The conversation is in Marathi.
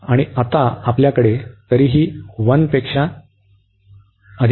आणि आता आपल्याकडे तरीही 1 पेक्षा अधिक x आहे